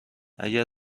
اگر